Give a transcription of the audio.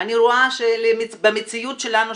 אני רואה במציאות שלנו,